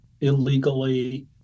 illegally